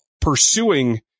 pursuing